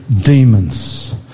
demons